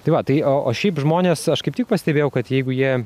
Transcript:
tai va tai o šiaip žmonės aš kaip tik pastebėjau kad jeigu jie